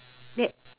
they